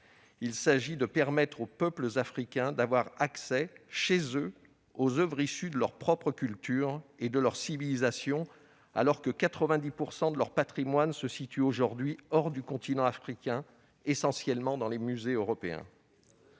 Il s'agit de permettre aux peuples africains d'avoir accès, chez eux, aux oeuvres issues de leurs propres cultures et de leur civilisation, alors que 90 % de leur patrimoine se situe aujourd'hui hors du continent africain, essentiellement dans les musées européens.